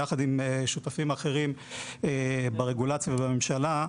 יעד עם ושותפים אחרים ברגולציה ובממשלה,